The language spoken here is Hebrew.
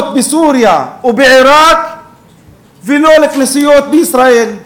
בסוריה ובעיראק ולא לכנסיות בישראל.